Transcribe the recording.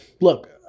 Look